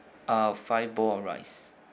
uh five bowl of rice